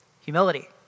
humility